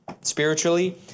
spiritually